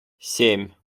семь